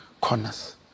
corners